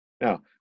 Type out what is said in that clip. Now